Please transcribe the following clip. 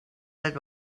that